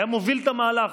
הוא הוביל את המהלך.